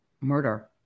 murder